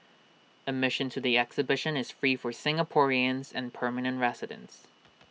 admission to the exhibition is free for Singaporeans and permanent residents